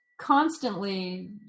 constantly